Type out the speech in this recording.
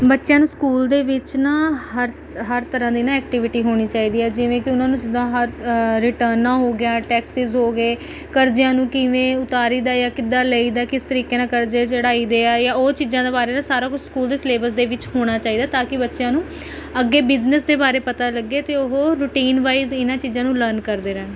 ਬੱਚਿਆਂ ਨੂੰ ਸਕੂਲ ਦੇ ਵਿੱਚ ਨਾ ਹਰ ਹਰ ਤਰ੍ਹਾਂ ਦੀ ਨਾ ਐਕਟੀਵਿਟੀ ਹੋਣੀ ਚਾਹੀਦੀ ਹੈ ਜਿਵੇਂ ਕਿ ਉਹਨਾਂ ਨੂੰ ਜਿੱਦਾਂ ਹਰ ਰਿਟਰਨਾ ਹੋ ਗਿਆ ਟੈਕਸੀਸ ਹੋ ਗਏ ਕਰਜ਼ਿਆਂ ਨੂੰ ਕਿਵੇਂ ਉਤਾਰੀ ਦਾ ਜਾਂ ਕਿੱਦਾਂ ਲਈ ਦਾ ਕਿਸ ਤਰੀਕੇ ਨਾਲ ਕਰਜ਼ੇ ਚੜ੍ਹਾਈ ਦੇ ਆ ਜਾਂ ਉਹ ਚੀਜ਼ਾਂ ਦੇ ਬਾਰੇ ਨਾ ਸਾਰਾ ਕੁਛ ਸਕੂਲ ਦੇ ਸਿਲੇਬਸ ਦੇ ਵਿਚ ਹੋਣਾ ਚਾਹੀਦਾ ਤਾਂ ਕਿ ਬੱਚਿਆਂ ਨੂੰ ਅੱਗੇ ਬਿਜ਼ਨੇਸ ਦੇ ਬਾਰੇ ਪਤਾ ਲੱਗੇ ਅਤੇ ਉਹ ਰੁਟੀਨ ਵਾਈਜ਼ ਇਹਨਾਂ ਚੀਜ਼ਾਂ ਨੂੰ ਲਰਨ ਕਰਦੇ ਰਹਿਣ